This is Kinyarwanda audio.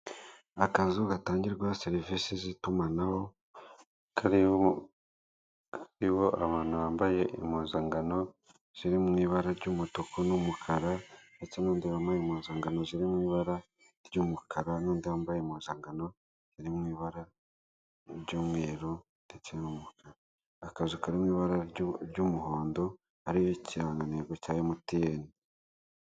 Akazu gatangirwaho serivise z'itumanaho jkarimo abantu bambaye impuzangano ziri mu ibara ry'umutuku n'umukara ndetse n'undi wambaye impuzangano ziri mu ibara ry'umukara n'undi wambaye impuzangano iri mu ibara ry'umweru ndetse n'umukara, akazu kari mu ibara ry'umuhondo hariho ikirango cya emutiyene.